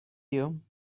you